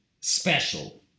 special